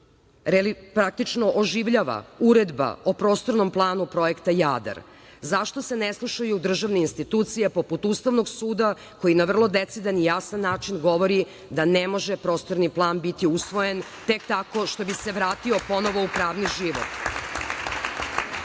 praktično oživljava Uredba o prostornom planu Projekta "Jadar"? Zašto se ne slušaju državne institucije, poput Ustavnog suda, koji na vrlo decidan i jasan način govori da ne može Prostorni plan biti usvojen tek tako što bi se vratio ponovo u pravni život?